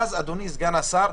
אדוני סגן השר,